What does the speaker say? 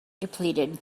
depleted